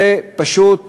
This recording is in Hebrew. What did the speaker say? זה פשוט